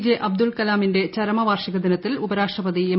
J Abdul കലാമിന്റെ ചരമവാർഷിക ദിനത്തിൽ ഉപരാഷ്ട്രപതി എം